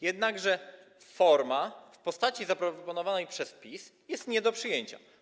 Jednakże forma w postaci zaproponowanej przez PiS jest nie do przyjęcia.